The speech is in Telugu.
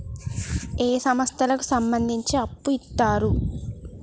ఏ సంస్థలకు సంబంధించి అప్పు ఇత్తరు?